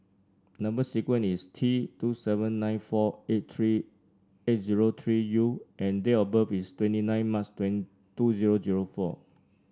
number sequence is T two seven nine four eight three eight zero three U and date of birth is twenty nine March two zero zero four